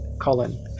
Colin